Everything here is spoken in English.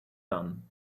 done